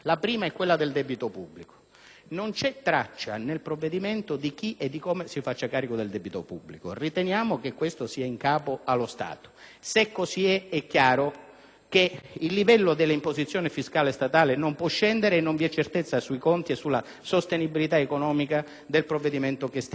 Non c'è traccia, nel provvedimento, di chi e di come si faccia carico del debito pubblico. Noi riteniamo che questo compito sia in capo allo Stato e, se così è, il livello dell'imposizione fiscale statale chiaramente non può scendere e non vi è certezza sui conti e sulla sostenibilità economica del provvedimento che stiamo esaminando, salvo il fatto che non accettiamo